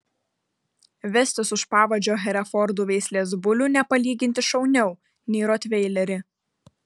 vestis už pavadžio herefordų veislės bulių nepalyginti šauniau nei rotveilerį